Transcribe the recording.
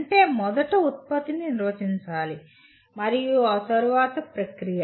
అంటే మొదట ఉత్పత్తిని నిర్వచించాలి మరియు తరువాత ప్రక్రియ